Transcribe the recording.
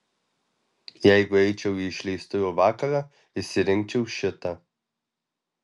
jeigu eičiau į išleistuvių vakarą išsirinkčiau šitą